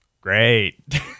Great